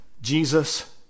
jesus